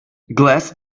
glass